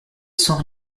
sans